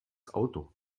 auto